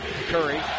Curry